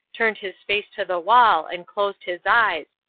turned his face to the wall, and closed his eyes,